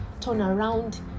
turnaround